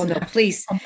Please